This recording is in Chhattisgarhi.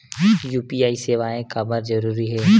यू.पी.आई सेवाएं काबर जरूरी हे?